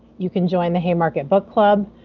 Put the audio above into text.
you can join the haymarket book club.